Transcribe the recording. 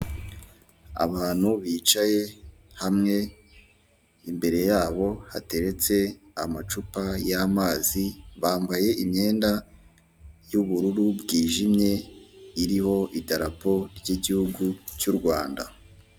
Abantu bicaye hamwe, imbere yabo hateretse amacupa y'amazi, bambaye imyenda y'ubururu bwijimye, iriho idarapo ry'igihugu cy'u Rwanda.